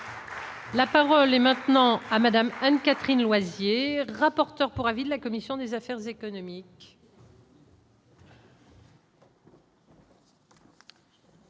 La parole est maintenant à madame N4. Et Noizier, rapporteur pour avis de la commission des affaires économiques.